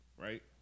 Right